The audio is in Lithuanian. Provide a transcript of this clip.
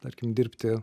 tarkim dirbti